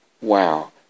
wow